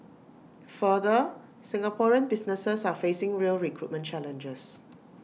further Singaporean businesses are facing real recruitment challenges